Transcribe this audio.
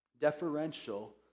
deferential